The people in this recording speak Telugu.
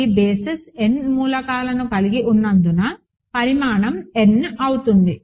ఈ బేసిస్ n మూలకాలను కలిగి ఉన్నందున పరిమాణం n అవుతుంది